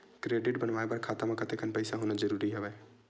Credit बनवाय बर खाता म कतेकन पईसा होना जरूरी हवय?